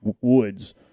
Woods